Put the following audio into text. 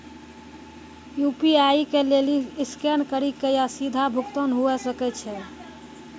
UPI के लेली scan करि के या सीधा भुगतान हुये सकै छै